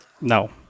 No